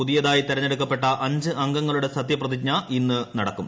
പുതുതായി തെരഞ്ഞെടുക്കപ്പെട്ട അഞ്ച് അംഗങ്ങളുടെ സത്യപ്രതിജ്ഞ ഇന്ന് നടക്കും